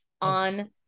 on